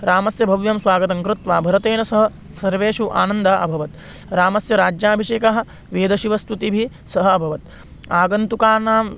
रामस्य भाव्यं स्वागतं कृत्वा भरतेन सह सर्वे आनन्दिताः अभवन् रामस्य राज्याभिषेकः वेदशिवस्तुतिभिः सह अभवत् आगन्तुकानां